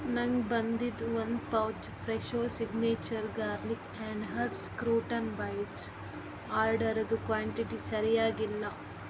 ನಂಗೆ ಬಂದಿದ್ದು ಒಂದು pouch Fresho signature garlic and herbs crouton bites ಆರ್ಡರ್ದು ಕ್ವಾಂಟಿಟಿ ಸರಿಯಾಗಿಲ್ಲ